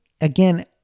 again